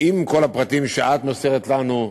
כל הפרטים שאת מוסרת לנו,